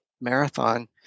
marathon